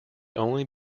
only